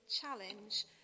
challenge